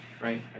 Right